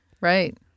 Right